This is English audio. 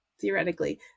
theoretically